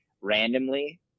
randomly